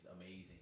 amazing